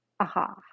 Aha